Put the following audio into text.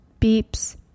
beeps